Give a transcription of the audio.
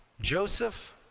Joseph